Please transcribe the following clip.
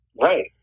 Right